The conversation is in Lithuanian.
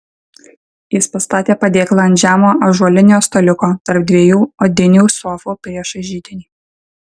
jis pastatė padėklą ant žemo ąžuolinio staliuko tarp dviejų odinių sofų priešais židinį